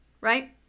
right